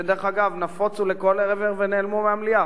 שדרך אגב נפוצו לכל עבר ונעלמו מהמליאה,